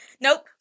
Nope